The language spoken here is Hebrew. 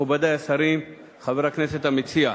מכובדי השרים, חבר הכנסת המציע,